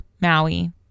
Maui